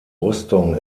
rüstung